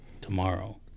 tomorrow